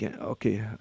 okay